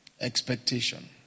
expectation